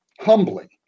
humbling